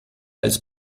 als